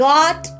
Got